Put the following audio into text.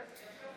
כן.